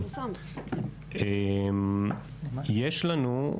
יש לנו,